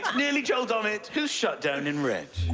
nearly joel dommett who's shut down in red.